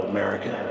America